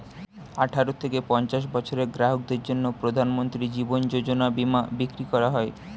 আঠারো থেকে পঞ্চাশ বছরের গ্রাহকদের জন্য প্রধানমন্ত্রী জীবন যোজনা বীমা বিক্রি করা হয়